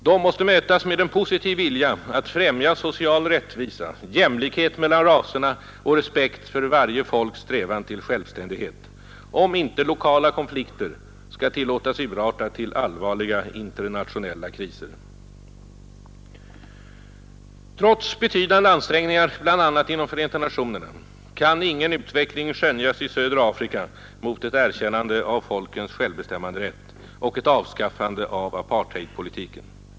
De måste mötas med en positiv vilja att främja social rättvisa, jämlikhet mellan raserna och respekt för varje folks strävan till självständighet, om inte lokala konflikter skall tillåtas urarta till allvarliga internationella kriser. Trots betydande ansträngningar bl.a. inom FN kan ingen utveckling skönjas i södra Afrika mot ett erkännande av folkens självbestämmanderätt och ett avskaffande av apartheidpolitiken.